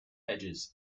edges